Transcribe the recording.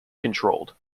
controlled